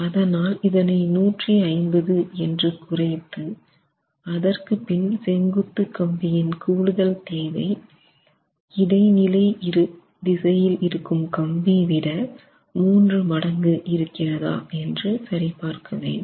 அதனால் இதனை 150 என்று குறைத்து அதற்குப் பின் செங்குத்து கம்பியின் கூடுதல் தேவை கிடைநிலை திசையில் இருக்கும் கம்பி விட 3 மடங்கு இருக்கிறதா என்று சரிபார்க்க வேண்டும்